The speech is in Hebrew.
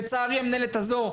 לצערי המנהלת הזו,